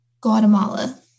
Guatemala